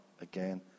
again